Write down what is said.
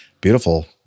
beautiful